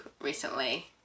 recently